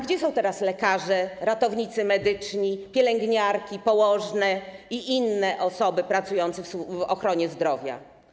Gdzie są teraz lekarze, ratownicy medyczni, pielęgniarki, położne i inne osoby pracujące w ochronie zdrowia?